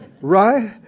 Right